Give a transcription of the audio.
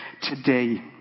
today